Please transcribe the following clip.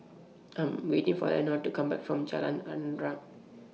I'm waiting For Eleanore to Come Back from Jalan Arnap